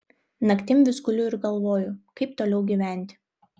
naktim vis guliu ir galvoju kaip toliau gyventi